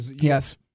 Yes